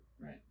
Right